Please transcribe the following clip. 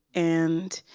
and